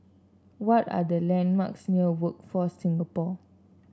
what are the landmarks near Workforce Singapore